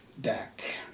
deck